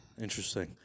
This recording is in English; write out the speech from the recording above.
Interesting